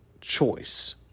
choice